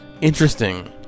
interesting